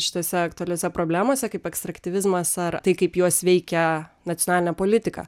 šituose aktualiose problemose kaip abstraktyvizmas ar tai kaip juos veikia nacionalinė politika